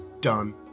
done